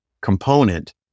Component